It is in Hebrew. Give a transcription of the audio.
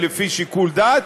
זה לפי שיקול דעת,